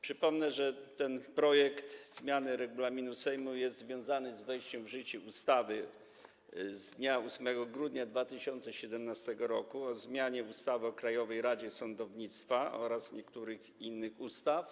Przypomnę, że ten projekt zmiany regulaminu Sejmu jest związany z wejściem w życie ustawy z dnia 8 grudnia 2017 r. o zmianie ustawy o Krajowej Radzie Sądownictwa oraz niektórych innych ustaw.